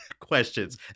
questions